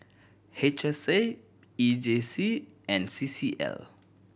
H S A E J C and C C L